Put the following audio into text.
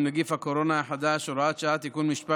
נגיף הקורונה החדש (הוראת שעה) (תיקון מס'